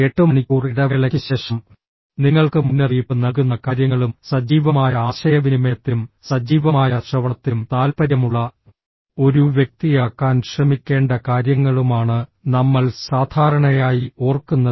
8 മണിക്കൂർ ഇടവേളയ്ക്ക് ശേഷം നിങ്ങൾക്ക് മുന്നറിയിപ്പ് നൽകുന്ന കാര്യങ്ങളും സജീവമായ ആശയവിനിമയത്തിലും സജീവമായ ശ്രവണത്തിലും താൽപ്പര്യമുള്ള ഒരു വ്യക്തിയാക്കാൻ ശ്രമിക്കേണ്ട കാര്യങ്ങളുമാണ് നമ്മൾ സാധാരണയായി ഓർക്കുന്നത്